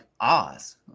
Oz